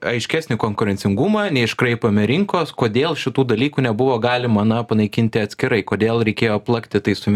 aiškesnį konkurencingumą neiškraipome rinkos kodėl šitų dalykų nebuvo galima na panaikinti atskirai kodėl reikėjo plakti tai su